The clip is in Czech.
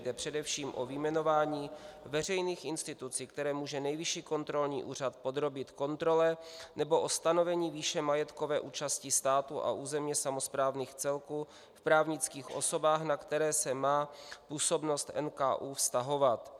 Jde především o vyjmenování veřejných institucí, které může Nejvyšší kontrolní úřad podrobit kontrole, nebo o stanovení výše majetkové účasti státu a územně samosprávných celků v právnických osobách, na které se má působnost NKÚ vztahovat.